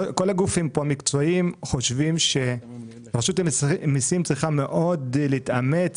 כל הגופים המקצועיים חושבים שרשות המיסים צריכה מאוד להתאמץ